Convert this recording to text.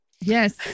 Yes